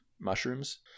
mushrooms